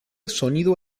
sonido